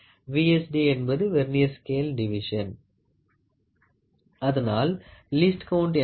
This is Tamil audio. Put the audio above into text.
D Vernier Scale Division அதனால் லீஸ்ட் கவுண்ட் என்பது 1 M